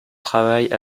travail